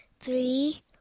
Three